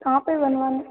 कहाँ पर बनवाना है